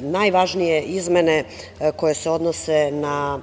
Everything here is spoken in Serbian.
najvažnije izmene koje se odnose na